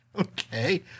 Okay